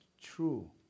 true